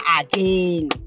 again